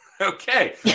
okay